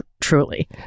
Truly